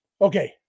Okay